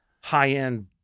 high-end